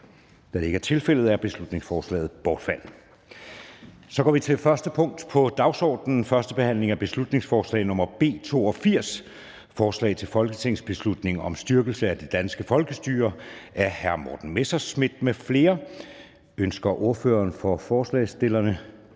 Da det ikke er tilfældet, er beslutningsforslaget bortfaldet. --- Det første punkt på dagsordenen er: 1) 1. behandling af beslutningsforslag nr. B 82: Forslag til folketingsbeslutning om styrkelse af det danske folkestyre. Af Morten Messerschmidt (DF) m.fl. (Fremsættelse